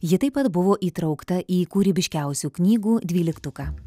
ji taip pat buvo įtraukta į kūrybiškiausių knygų dvyliktuką